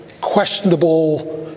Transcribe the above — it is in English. questionable